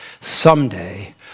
someday